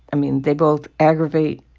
i mean, they both aggravate,